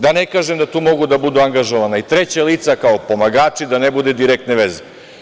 Da ne kažem da tu mogu da budu angažovana i treća lica kao pomagači, da ne bude direktne veze.